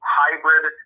hybrid